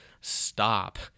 stop